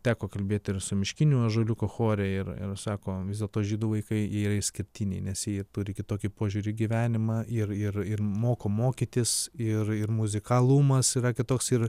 teko kalbėti ir su miškiniu ąžuoliuko chore ir ir sako vis dėlto žydų vaikai jie yra išskirtiniai nes jie turi kitokį požiūrį į gyvenimą ir ir ir moka mokytis ir ir muzikalumas yra kitoks ir